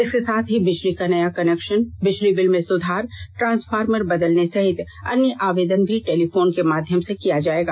इसके साथ ही बिजली का नया कनेक्षन बिजली बिल में सुधार ट्रांसफार्मर बदलने सहित अन्य आवेदन भी टेलीफोन के माध्यम से किया जाएगा